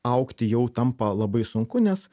augti jau tampa labai sunku nes